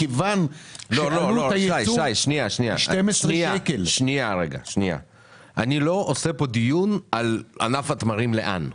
אני לא עורך פה דיון על ענף התמרים לאן.